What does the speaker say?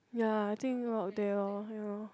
ya I think walk there lor ya lor